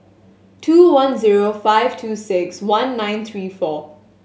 two one zero five two six one nine three four